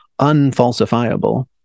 unfalsifiable